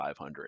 500